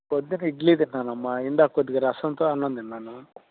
ప్రొద్దున ఇడ్లీ తిన్నానమ్మా ఇందాక కొద్దిగా రసంతో అన్నం తిన్నాను